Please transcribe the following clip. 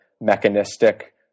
mechanistic